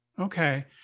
Okay